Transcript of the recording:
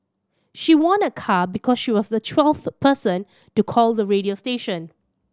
she won a car because she was the twelfth person to call the radio station